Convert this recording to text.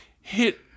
hit